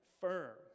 firm